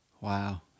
wow